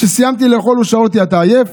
כשסיימתי לאכול הוא שאל אותי: אתה עייף?